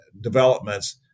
developments